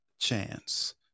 chance